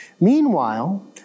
Meanwhile